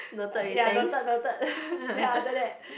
ya noted noted then after that